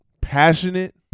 passionate